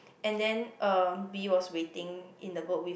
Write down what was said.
and then uh B was waiting in the boat with